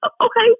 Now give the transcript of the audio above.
Okay